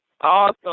Awesome